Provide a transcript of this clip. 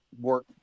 work